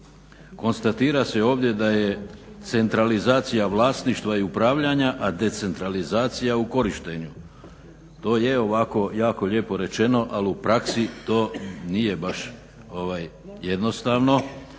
konstatira se ovdje da je centralizacija vlasništva i upravljanja, a decentralizacija u korištenju. To je ovako jako lijepo rečeno ali u praksi to nije baš jednostavno.